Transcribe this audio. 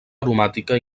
aromàtica